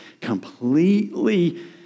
completely